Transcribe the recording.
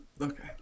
Okay